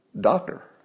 doctor